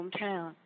hometown